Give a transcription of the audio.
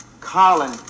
Colin